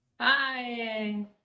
Hi